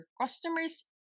customers